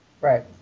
right